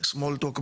"סמול טוק",